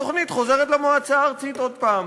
התוכנית חוזרת למועצה הארצית עוד פעם.